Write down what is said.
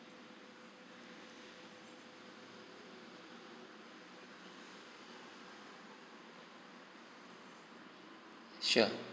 sure